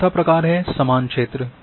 चौथा प्रकार समान क्षेत्र है